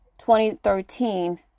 2013